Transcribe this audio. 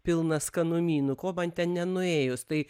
pilnas skanumynų ko man ten nenuėjus tai